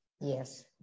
Yes